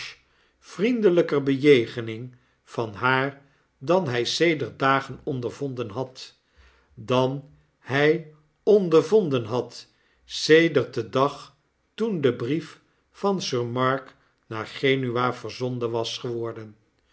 vriendelper bejegening van haar dan hy sedert dagen ondervonden had dan hi ondervonden had sedert den dag toen de brief van sir mark naar genua verzonden was geworden